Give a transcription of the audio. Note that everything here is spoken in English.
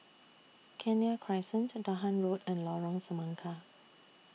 Kenya Crescent Dahan Road and Lorong Semangka